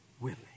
willing